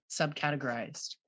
subcategorized